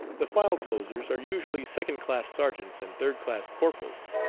the file-closers are usually second-class sergeants and third-class corporals.